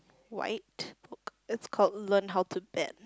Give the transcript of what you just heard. white it's called learn how to bet